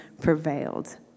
prevailed